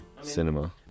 cinema